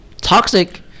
Toxic